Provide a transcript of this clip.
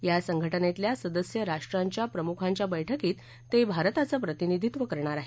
या संघटनेतल्या सदस्य राष्ट्रांच्या प्रमुखांच्या बैठकीत ते भारताचं प्रतिनिधीत्व करणार आहेत